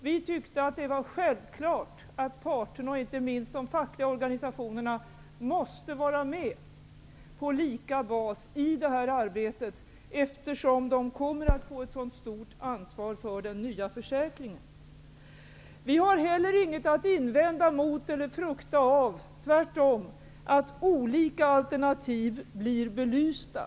Vi tyckte att det var självklart att parterna och inte minst de fackliga organisationerna måste vara med på lika bas i detta arbete, eftersom de kommer att få ett så stort ansvar för den nya försäkringen. Vi har heller inget att frukta eller invända mot när det gäller att olika alternativ skall belysas.